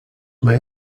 may